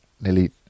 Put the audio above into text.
nearly